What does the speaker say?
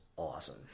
Awesome